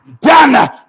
done